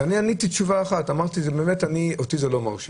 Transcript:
אז אני עניתי תשובה אחת: אותי זה לא מרשים